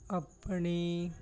ਆਪਣੀ